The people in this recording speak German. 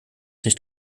nicht